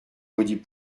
maudits